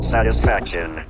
Satisfaction